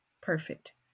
perfect